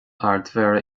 ardmhéara